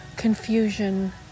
Confusion